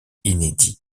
inédit